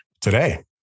today